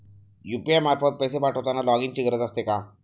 UPI मार्फत पैसे पाठवताना लॉगइनची गरज असते का?